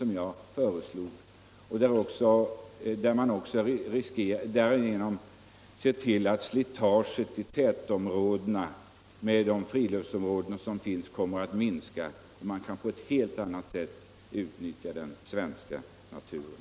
Man skulle med sådana åtgärder även medverka till att slitaget på de friluftsområden som finns kommer att minska, och man skulle ge medborgarna möjligheter att på ett helt annat sätt utnyttja den svenska naturen.